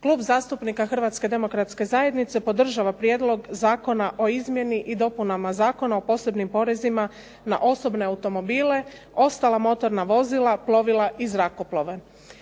je zaključena. Dajem na glasovanje Konačni prijedlog zakona o izmjeni i dopuni Zakona o posebnim porezima na osobne automobile, ostala motorna vozila, plovila i zrakoplove.